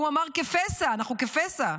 והוא אמר: כפסע, אנחנו כפסע.